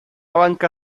banca